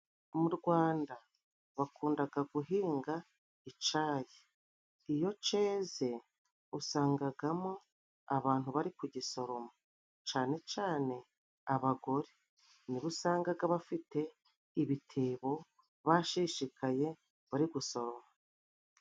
Mu Rwanda bakundaga guhinga icayi, iyo ceze usangagamo abantu bari kugisoromo canecane abagore, ni bo usangaga bafite ibitebo bashishikaye bari gusoroma.